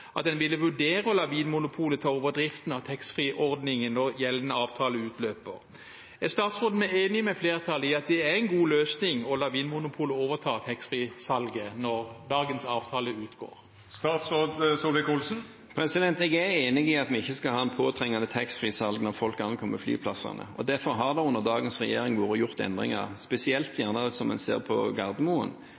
at en ville vurdere å la Vinmonopolet ta over driften av taxfree-ordningen når gjeldende avtale utløper. Er statsråden enig med flertallet i at det er en god løsning å la Vinmonopolet overta taxfree-salget når dagens avtale utløper? Jeg er enig i at vi ikke skal ha et påtrengende taxfree-salg når folk ankommer flyplassene. Derfor har det under dagens regjering vært gjort endringer, spesielt det som en gjerne ser på Gardermoen,